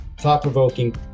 thought-provoking